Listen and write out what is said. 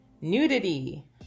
nudity